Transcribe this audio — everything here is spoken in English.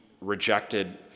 rejected